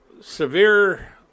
severe